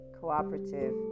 cooperative